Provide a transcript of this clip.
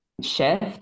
shift